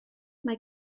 mae